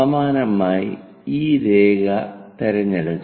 സമാനമായി ഈ രേഖ തിരഞ്ഞെടുക്കാം